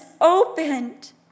opened